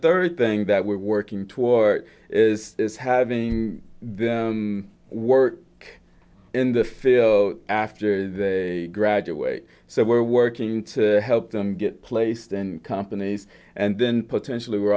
third thing that we're working toward is having the work in the film after they graduate so we're working to help them get placed in companies and then potentially we're